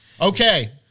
Okay